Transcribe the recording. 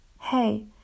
Hey